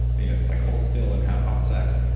you know it's like, hold still and have hot sex. like